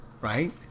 right